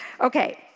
Okay